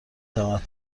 تواند